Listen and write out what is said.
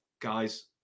guys